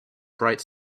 bright